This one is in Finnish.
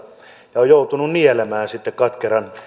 ja on joutunut nielemään sitten katkeran